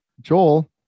joel